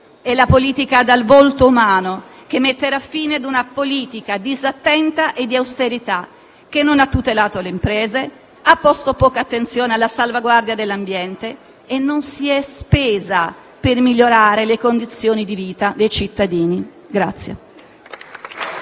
è la politica dal volto umano, che metterà fine a una politica disattenta e di austerità, che non ha tutelato le imprese, ha posto poca attenzione alla salvaguardia dell'ambiente e non si è spesa per migliorare le condizioni di vita dei cittadini.